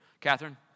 Catherine